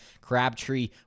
Crabtree